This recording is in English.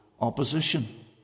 opposition